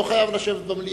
הוא לא חייב לשבת במליאה.